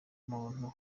muntu